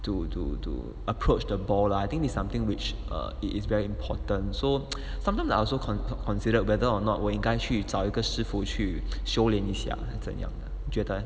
to to to approach the ball lah I think there's something which are it is very important so sometimes I also controlled considered whether or not 我应该去找一个师傅去修练一下还是怎样的你觉得